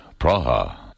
Praha